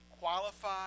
qualify